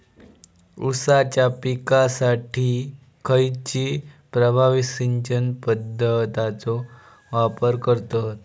ऊसाच्या पिकासाठी खैयची प्रभावी सिंचन पद्धताचो वापर करतत?